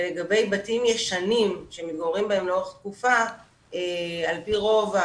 לגבי בתים ישנים שמתגוררים בהם לאורך תקופה על פי רוב,